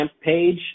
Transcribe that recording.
page